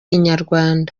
inyarwanda